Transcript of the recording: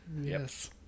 Yes